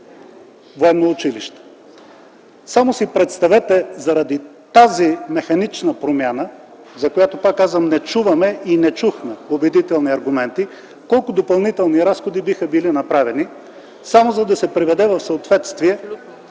училище. Само си представете заради тази механична промяна, за която, пак казвам, не чуваме и не чухме убедителни аргументи, колко допълнителни разходи биха били направени, само за да се приведе в съответствие